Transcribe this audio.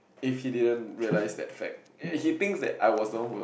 if he didn't realise that fact ya he thinks that I was the one who like